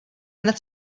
hned